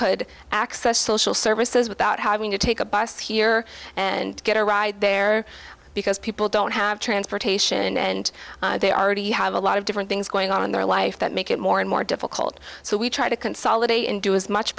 could access social services without having to take a bus here and get a ride there because people don't have transportation and they already have a lot of different things going on in their life that make it more and more difficult so we try to consolidate and do as much